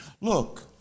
Look